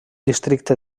districte